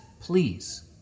please